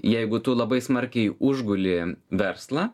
jeigu tu labai smarkiai užguli verslą